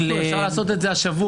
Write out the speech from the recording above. מנסור, אפשר לעשות את זה השבוע.